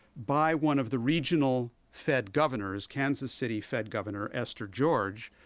by one of the regional fed governors, kansas city fed governor esther george,